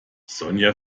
sonja